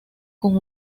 con